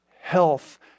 health